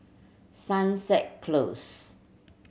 Sunset Close